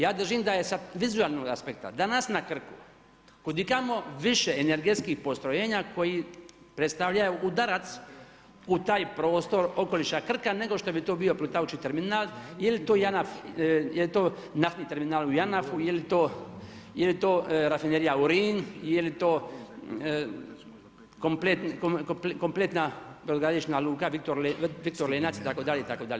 Ja držim da je sa vizualnog aspekta danas na Krku kud ikamo više energetskih postrojenja koji predstavljaju udarac u taj prostor okoliša Krka, nego što bi to bio plutajući terminal ili to JANAF je to naftni terminal u JANAF-u, je li to rafinerija, ... je li to kompletna brodogradilišna luka Viktor Lenac itd., itd.